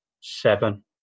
seven